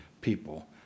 people